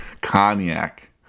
Cognac